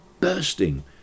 bursting